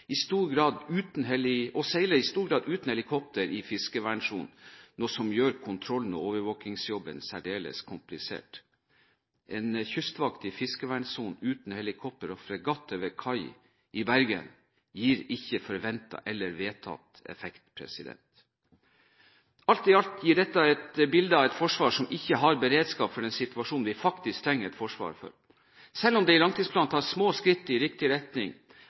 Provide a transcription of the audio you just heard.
seiler i stor grad uten helikopter i fiskevernsonen, noe som gjør kontrollen og overvåkingsjobben særdeles komplisert. En kystvakt i fiskevernsonen uten helikopter og fregatter ved kai i Bergen gir ikke forventet eller vedtatt effekt. Alt i alt gir dette et bilde av et forsvar som ikke har beredskap for den situasjonen vi faktisk trenger et forsvar for. Selv om det i langtidsplanen tas små skritt i riktig retning,